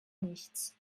nichts